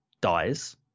dies